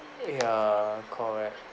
ya correct